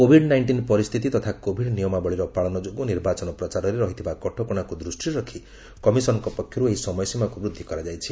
Covid ନାଇକ୍ଷିନ୍ ପରିସ୍ଥିତି ତଥା କୋଭିଡ୍ ନିୟମାବଳୀର ପାଳନ ଯୋଗୁଁ ନିର୍ବାଚନ ପ୍ରଚାରରେ ରହିଥିବା କଟକଣାକୁ ଦୃଷ୍ଟିରେ ରଖି କମିଶନ୍ଙ୍କ ପକ୍ଷରୁ ଏହି ସମୟସୀମାକୁ ବୃଦ୍ଧି କରାଯାଇଛି